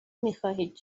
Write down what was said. میخواهید